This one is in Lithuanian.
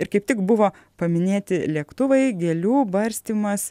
ir kaip tik buvo paminėti lėktuvai gėlių barstymas